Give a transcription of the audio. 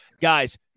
Guys